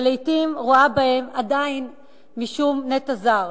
שלעתים רואה בהן עדיין משום נטע זר.